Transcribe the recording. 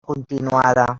continuada